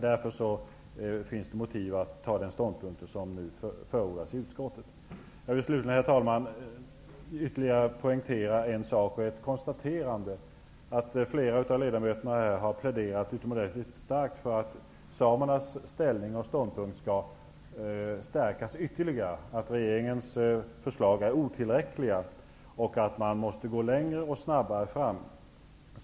Därför finns motiv att inta den ståndpunkt som nu förordas av utskottet. Herr talman! Slutligen vill jag konstatera att flera av ledamöterna här har pläderat utomordentligt starkt för att samernas ställning skall stärkas ytterligare och sagt att regeringens förslag är otillräckliga och att man måste gå längre och snabbare fram.